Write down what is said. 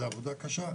זה עבודה קשה.